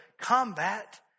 combat